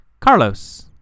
Carlos